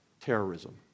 terrorism